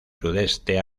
sudeste